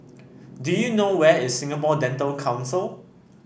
do you know where is Singapore Dental Council